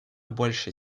большей